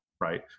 right